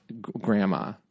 grandma